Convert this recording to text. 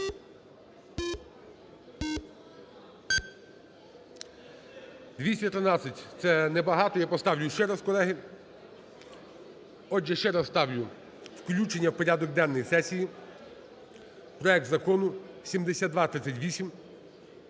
За-213 Це небагато. Я поставлю іще раз, колеги. Отже, ще раз ставлю включення в порядок денний сесії проект Закону 7238.